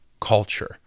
culture